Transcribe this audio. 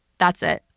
that's it.